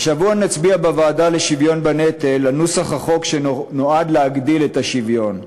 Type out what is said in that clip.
השבוע נצביע בוועדה לשוויון בנטל על נוסח החוק שנועד להגדיל את השוויון.